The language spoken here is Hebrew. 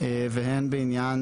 והן בעניין